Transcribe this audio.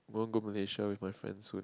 won't go Malaysia with my friends soon